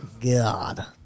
God